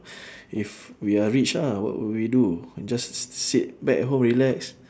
if we are rich ah what would we do just s~ s~ sit back home relax